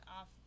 off